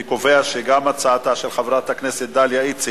אני קובע שגם הצעתה של חברת הכנסת דליה איציק,